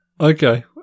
Okay